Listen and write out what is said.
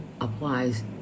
applies